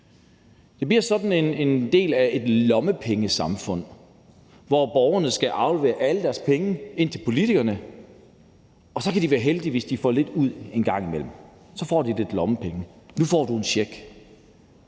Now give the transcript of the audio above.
Det bliver en del af sådan et lommepengesamfund, hvor borgerne skal aflevere alle deres penge til politikerne, og så kan de være heldige, hvis de får lidt ud en gang imellem; så får de lidt lommepenge; nu får du en check.